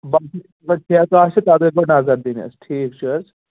باقٕے اَگر ٹھیکہٕ آسہِ تَتھ گٔے گۄڈٕ نظر دِنۍ حظ ٹھیٖک چھُ حظ